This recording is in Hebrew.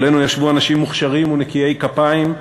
מולנו ישבו אנשים מוכשרים ונקיי כפיים,